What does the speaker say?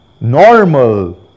normal